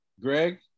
Greg